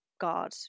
god